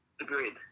Agreed